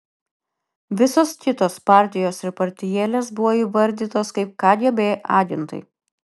visos kitos partijos ir partijėlės buvo įvardytos kaip kgb agentai